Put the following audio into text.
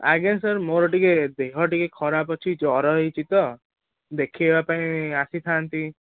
ଆଜ୍ଞା ସାର୍ ମୋର ଟିକେ ଦେହ ଟିକେ ଖରାପ ଅଛି ଜର ହେଇଛି ତ ଦେଖାଇବା ପାଇଁ ଆସିଥାନ୍ତି